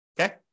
Okay